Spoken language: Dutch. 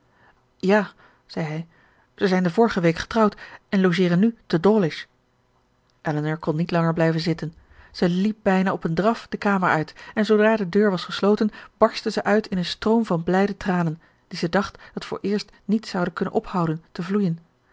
ja zei hij ze zijn de vorige week getrouwd en logeeren nu te dawlish elinor kon niet langer blijven zitten zij liep bijna op een draf de kamer uit en zoodra de deur was gesloten barstte zij uit in een stroom van blijde tranen die zij dacht dat vooreerst niet zouden kunnen ophouden te vloeien